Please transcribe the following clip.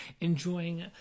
enjoying